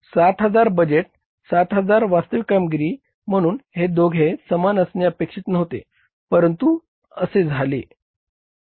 7000 budget 7000 वास्तविक कामगिरी म्हणून हे दोघे समान असणे अपेक्षित नव्हते परंतु असे झाले